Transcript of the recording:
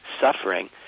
suffering